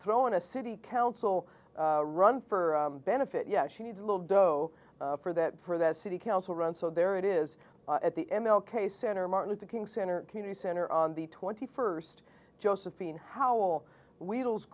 throw in a city council run for benefit yes she needs a little dough for that for that city council run so there it is at the m l k center martin luther king center community center on the twenty first josephine howell wheels